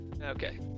okay